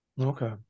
okay